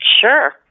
Sure